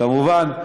כמובן,